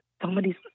somebody's